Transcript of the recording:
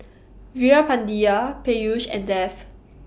Veerapandiya Peyush and Dev